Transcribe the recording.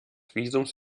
visums